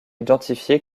identifié